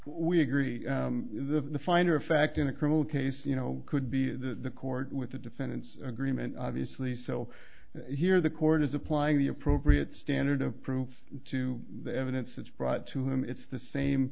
we agree the finder of fact in a criminal case you know could be the court with the defendant's agreement obviously so here the court is applying the appropriate standard of proof to the evidence that's brought to him it's the same